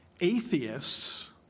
atheists